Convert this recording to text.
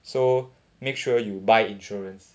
so make sure you buy insurance